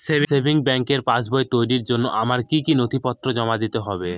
Savings ব্যাংকের পাসবই তৈরির জন্য আমার কি কি নথিপত্র জমা দিতে হবে?